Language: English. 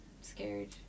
scared